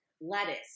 lettuce